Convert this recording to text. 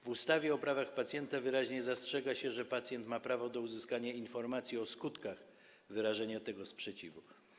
W ustawie o prawach pacjenta wyraźnie zastrzega się, że pacjent ma prawo do uzyskania informacji o skutkach wyrażenia tego sprzeciwu.